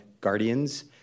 guardians